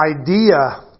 idea